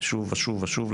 שוב ושוב ושוב,